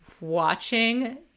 watching